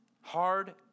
Hard